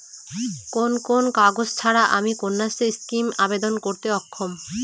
কোন কোন কাগজ ছাড়া আমি কন্যাশ্রী স্কিমে আবেদন করতে অক্ষম?